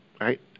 right